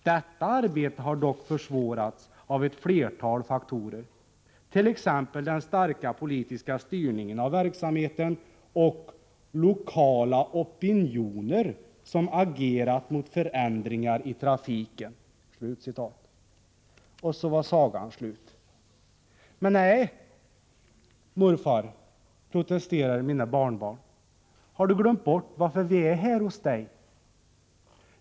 Detta arbete har dock försvårats av ett flertal faktorer, t.ex. den starka politiska styrningen av verksamheten och lokala opinioner som agerat mot förändringar i trafiken.” Så var sagan slut. — Men nej, morfar, protesterar mina barnbarn. Har du glömt bort varför vi är här hos dig?